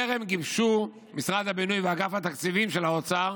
טרם גיבשו משרד הבינוי ואגף התקציבים באוצר